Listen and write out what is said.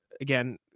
again